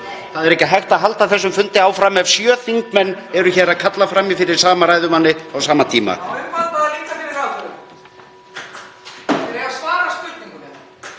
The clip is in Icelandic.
Það er ekki hægt að halda þessum fundi áfram ef sjö þingmenn eru að kalla frammí fyrir sama ræðumanni á sama tíma.)